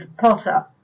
Potter